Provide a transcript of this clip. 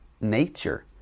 nature